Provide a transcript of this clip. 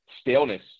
staleness